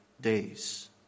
days